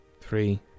three